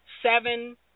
seven